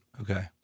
Okay